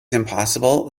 impossible